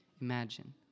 Imagine